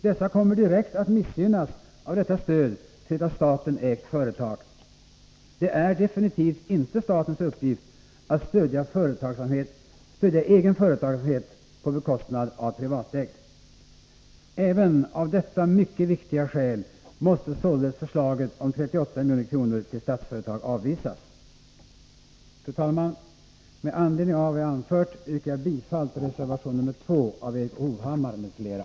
Dessa kommer direkt att missgynnas av detta stöd till ett av staten ägt företag. Det är definitivt inte statens uppgift att stödja egen företagsamhet på bekostnad av privatägd. Även av detta mycket viktiga skäl måste således förslaget om 38 milj.kr. till Statsföretag avvisas. Fru talman! Med anledning av vad jag anfört yrkar jag bifall till reservation nr 2 av Erik Hovhammar m.fl.